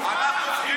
את חושבת שאני